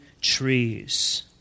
trees